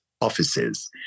offices